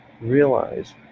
realize